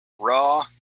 raw